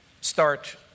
start